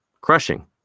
crushing